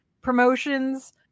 promotions